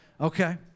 Okay